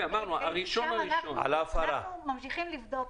אנחנו ממשיכים לבדוק,